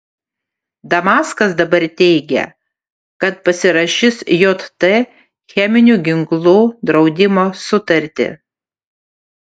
damaskas dabar teigia kad pasirašys jt cheminių ginklų draudimo sutartį